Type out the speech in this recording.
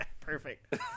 Perfect